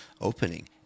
opening